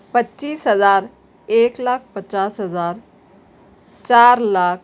پچیس ہزار ایک لاکھ پچاس ہزار چار لاکھ